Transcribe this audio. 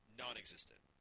non-existent